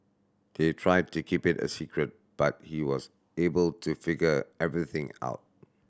they tried to keep it a secret but he was able to figure everything out